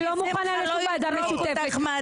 אני לא מוכנה לשום ועדה משותפת.